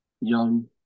young